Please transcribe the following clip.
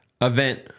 event